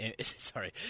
sorry